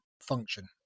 function